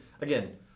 Again